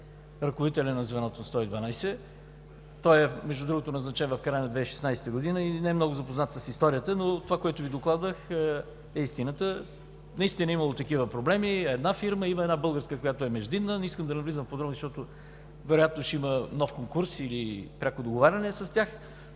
ръководителя на звеното 112. Той между другото е назначен в края на 2016 г. и не е много запознат с историята, но това, което Ви докладвах, е истината. Имало е такива проблеми – има една българска фирма, която е междинна. Не искам да навлизам в подробности, защото вероятно ще има нов конкурс или пряко договаряне с тях,